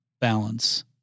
balance